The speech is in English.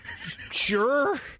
sure